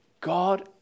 God